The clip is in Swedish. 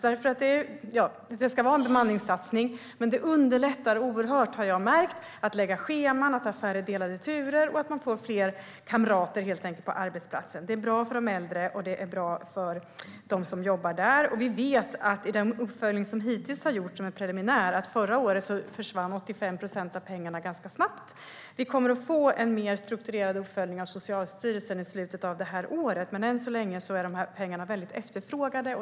Det ska vara en bemanningssatsning, men jag har märkt att det underlättar oerhört att man lägger scheman, har färre delade turer och helt enkelt får fler kamrater på arbetsplatsen. Det är bra för de äldre, och det är bra för dem som jobbar där. Av den uppföljning som hittills har gjorts, som är preliminär, vet vi att 85 procent av pengarna försvann ganska snabbt förra året. Vi kommer att få en mer strukturerad uppföljning av Socialstyrelsen i slutet av året, men än så länge är pengarna väldigt efterfrågade.